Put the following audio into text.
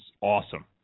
awesome